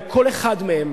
לכל אחד מהם,